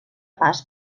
pas